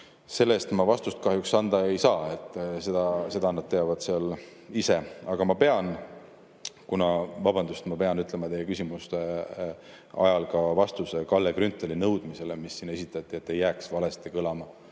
selle kohta ma vastust kahjuks anda ei saa. Seda nad teavad seal ise. Aga ma pean, vabandust, ütlema teie küsimuse ajal vastuse ka Kalle Grünthali nõudmisele, mis siin esitati, et ei jääks valesti kõlama.